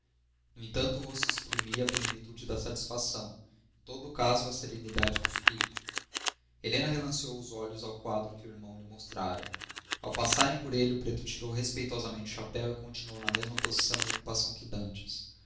no entanto o rosto exprimia a plenitude da satisfação em todo o caso a serenidade do espírito helena relanceou os olhos ao quadro que o irmão lhe mostrara ao passarem por ele o preto tirou respeitosamente o chapéu e continuou na mesma posição e ocupação que dantes